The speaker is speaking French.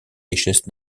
richesses